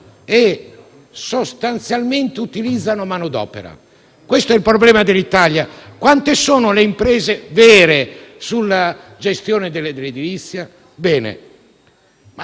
e sostanzialmente utilizzano manodopera. Questo è il problema dell'Italia. Quante sono le imprese vere nella gestione dell'edilizia? Ho